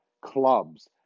clubs